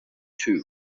too